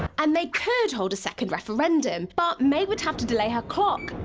and they could hold a second referendum. but may would have to delay her clock.